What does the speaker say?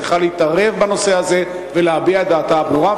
צריכה להתערב בנושא הזה ולהביע את דעתה הברורה,